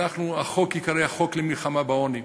החוק ייקרא: החוק למלחמה בעוני.